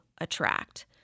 attract